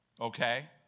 Okay